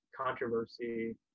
controversy